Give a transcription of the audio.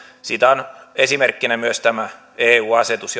siitä on esimerkkinä myös tämä eu asetus